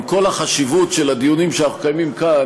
עם כל החשיבות של הדיונים שאנחנו מקיימים כאן,